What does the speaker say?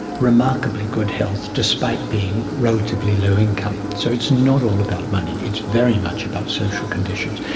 remarkably good health despite being relatively low income. so it's not all about money, it's very much about social conditions.